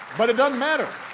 but it doesn't matter.